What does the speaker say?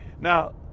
Now